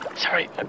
Sorry